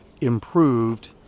improved